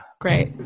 Great